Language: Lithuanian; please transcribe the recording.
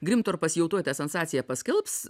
grimtorpas jau tuoj tą sensaciją paskelbs